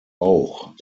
auch